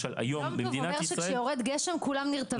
יום טוב אומר שכשיורד גשם כולם נרטבים.